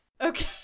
Okay